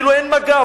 כאילו אין מג"ב,